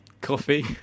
coffee